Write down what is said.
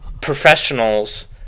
professionals